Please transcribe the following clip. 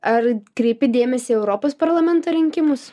ar kreipi dėmesį į europos parlamento rinkimus